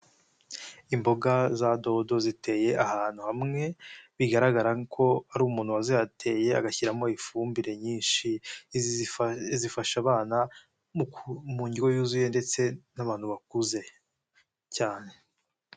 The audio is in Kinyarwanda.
Imboga za doodo ziteye ahantu hamwe, bigaragara ko hari umuntu waziteye agashyiramo ifumbire nyinshi. Zifasha abana mu ndyo yuzuye, ndetse n'abantu bakuze cyane.